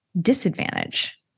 disadvantage